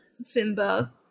Simba